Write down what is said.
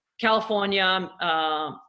California